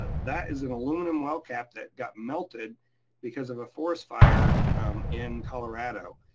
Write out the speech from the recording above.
ah that is an aluminum well cap that got melted because of a forest fire in colorado,